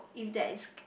you that is